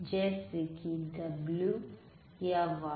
जैसे कि W w या वाय y